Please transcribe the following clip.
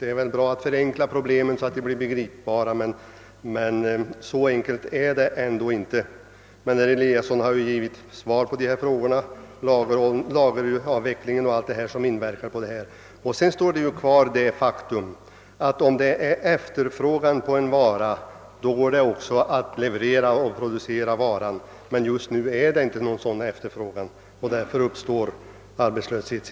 Herr Eliasson i Sundborn har redan svarat på dessa påståenden och förklarat vilken verkan lageravveckling m.m. har. Kvar står det faktum att om det är efterfrågan på en vara går det också att leverera den. Just nu är det ingen efterfrågan, därför uppstår det arbetslöshet.